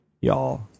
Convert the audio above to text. y'all